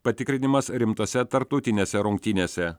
patikrinimas rimtose tarptautinėse rungtynėse